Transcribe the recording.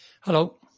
Hello